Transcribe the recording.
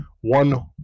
one